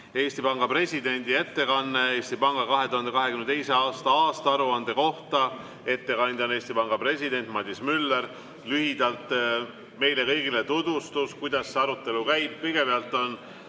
Eesti Panga presidendi ettekanne Eesti Panga 2022. aasta aruande kohta. Ettekandja on Eesti Panga president Madis Müller. Lühidalt meile kõigile tutvustus, kuidas see arutelu käib. Kõigepealt on